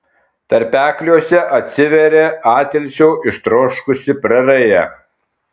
tarpekliuose atsiveria atilsio ištroškusi praraja